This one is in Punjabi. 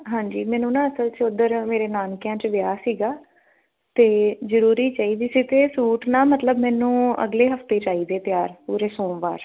ਹਾਂਜੀ ਮੈਨੂੰ ਨਾ ਅਸਲ 'ਚ ਉਧਰ ਮੇਰੇ ਨਾਨਕਿਆਂ 'ਚ ਵਿਆਹ ਸੀਗਾ ਅਤੇ ਜ਼ਰੂਰੀ ਚਾਹੀਦੇ ਸੀ ਅਤੇ ਸੂਟ ਨਾ ਮਤਲਬ ਮੈਨੂੰ ਅਗਲੇ ਹਫ਼ਤੇ ਚਾਹੀਦੇ ਤਿਆਰ ਪੂਰੇ ਸੋਮਵਾਰ